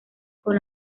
con